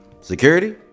Security